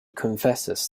confesses